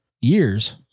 years